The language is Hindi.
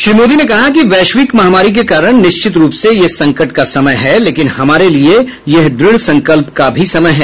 श्री मोदी ने कहा कि वैश्विक महामारी के कारण निश्चित रूप से यह संकट का समय है लेकिन हमारे लिए यह दृढ़संकल्प का भी समय है